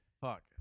Fuck